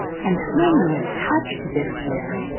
and whom you have touched this year.